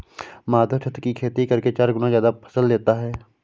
माधव छत की खेती करके चार गुना ज्यादा फसल लेता है